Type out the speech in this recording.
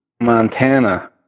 Montana